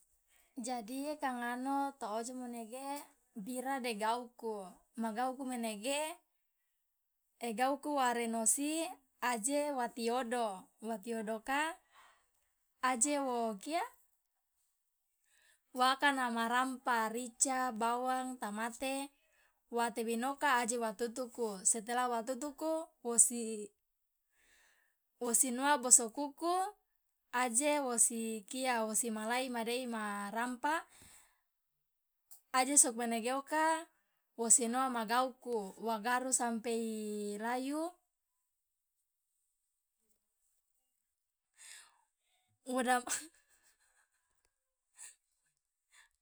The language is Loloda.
jadi kangano to ojomo nege bira de gauku ma gauku menege e gauku wa renosi aje wa tiodo wa tiodoka aje wo kia wakana ma rampa rica bawang tamate wa tebinoka aje wa tutuku setela wa tutuku wosi wosi noa bosokuku aje wosi kia wosi malai madei ma rampa aje sokomanege oka wosi noa ma gauku wa garu sampe i layu.